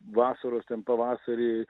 vasaros ten pavasarį